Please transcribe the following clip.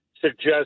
suggest